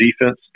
defense